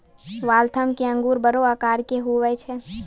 Waltham के अंगूर बड़ो आकार के हुवै छै